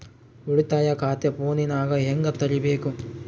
ಉಳಿತಾಯ ಖಾತೆ ಫೋನಿನಾಗ ಹೆಂಗ ತೆರಿಬೇಕು?